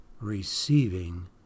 receiving